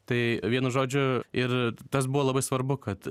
tai vienu žodžiu ir tas buvo labai svarbu kad